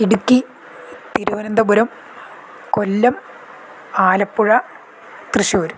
Idukki Thiruvananthapuram Kollam Alappuzha Thrissur